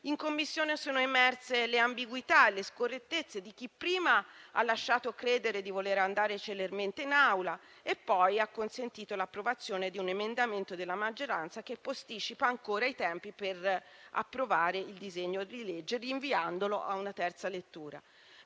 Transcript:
In Commissione sono emerse le ambiguità e le scorrettezze di chi prima ha lasciato credere di voler andare celermente in Aula e poi ha consentito l'approvazione di un emendamento della maggioranza che posticipa ancora i tempi per approvare il disegno di legge, rinviandolo a una terza lettura.